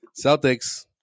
Celtics